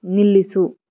ನಿಲ್ಲಿಸು